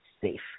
safe